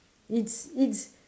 it's it's